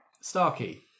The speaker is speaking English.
Starkey